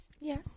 Yes